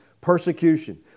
persecution